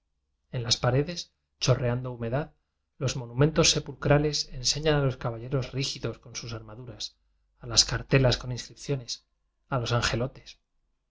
en las paredes chorreando humedad los monumentos sepulcrales enseñan a los caballeros rígidos con sus armaduras a las cartelas con inscripciones a los angelo